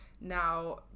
Now